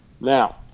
Now